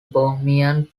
bohemian